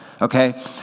Okay